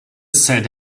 said